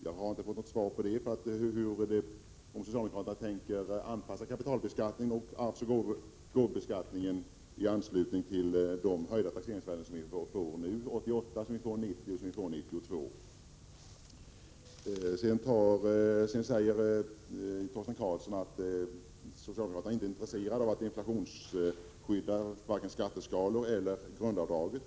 Jag har inte fått svar på den frågan — om socialdemokraterna tänker anpassa kapitalbeskattningen samt arvsoch gåvobeskattningen till de höjda taxeringsvärden som vi fått nu 1988, som vi får 1990 och som vi får 1992. Torsten Karlsson säger vidare att socialdemokraterna inte är intresserade av att inflationsskydda vare sig skatteskalorna eller grundavdraget.